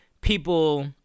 people